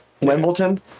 Wimbledon